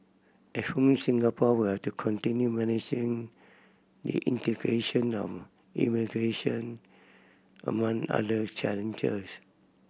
at home Singapore will to continue managing the integration of immigrantion among other challenges